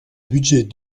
budget